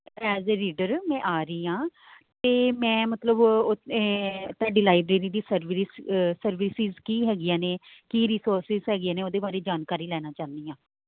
as a reader ਮੈਂ ਆ ਰਹੀ ਹਾਂ ਅਤੇ ਮੈਂ ਮਤਲਬ ਓ ਤੁਹਾਡੀ ਲਾਈਬ੍ਰੇਰੀ ਦੀ ਸਰਵਰਿਸ ਸਰਵਿਸਿਜ਼ ਕੀ ਹੈਗੀਆਂ ਨੇ ਕੀ ਰੀਸੋਰਸਿਸ ਹੈਗੇ ਨੇ ਉਹਦੇ ਬਾਰੇ ਜਾਣਕਾਰੀ ਲੈਣਾ ਚਾਹੁੰਦੀ ਹਾਂ